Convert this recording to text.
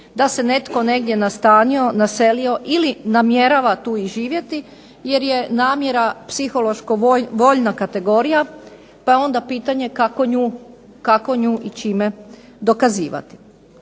da se netko negdje nastanio, naselio ili namjerava tu i živjeti jer je namjera psihološko-voljna kategorija, pa je onda pitanje kako nju i čime dokazivati.